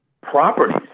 properties